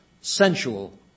sensual